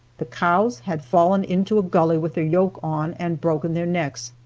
the cows had fallen into a gully with their yoke on and broken their necks,